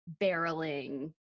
barreling